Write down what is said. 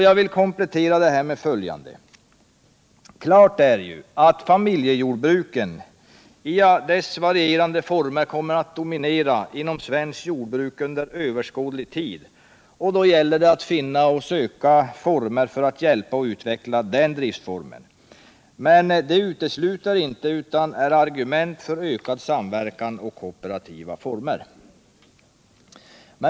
Jag vill komplettera de här tankegångarna med följande: Klart är att familjejordbruken i deras varierande former kommer att dominera inom svenskt jordbruk under överskådlig tid och då gäller det att söka och finna former för att hjälpa och utveckla den driftformen. Men det utesluter inte, utan det är ett argument för, ökad samverkan och kooperativa former.